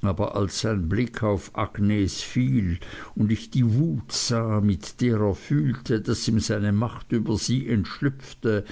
aber als sein blick auf agnes fiel und ich die wut sah mit der er fühlte daß ihm seine macht über sie entschlüpfte